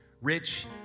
Rich